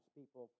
people